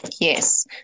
Yes